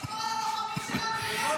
--- אני אשמור על הלוחמים שלנו מכל משמר.